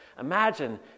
Imagine